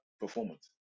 performance